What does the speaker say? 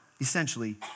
essentially